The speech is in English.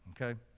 okay